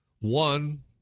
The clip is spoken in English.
One